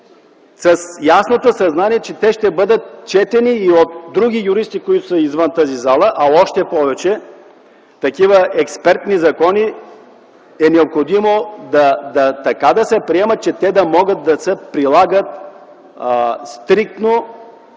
с ясното съзнание, че ще бъдат четени и от други юристи, които са извън тази зала. Такива експертни закони е необходимо така да се приемат, че да могат да се прилагат стриктно